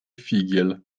figiel